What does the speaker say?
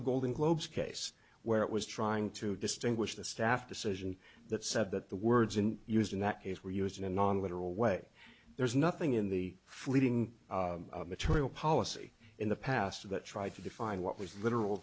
the golden globes case where it was trying to distinguish the staff decision that said that the words and used in that case were used in a non literal way there's nothing in the fleeting material policy in the past that tried to define what was literal